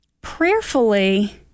prayerfully